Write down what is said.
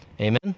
Amen